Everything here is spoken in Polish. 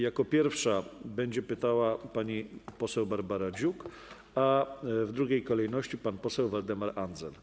Jako pierwsza będzie pytała pani poseł Barbara Dziuk, a w drugiej kolejności - pan poseł Waldemar Andzel.